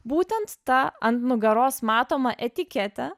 būtent tą ant nugaros matomą etiketę